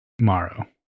Morrow